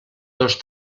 dos